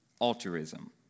altruism